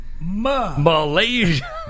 Malaysia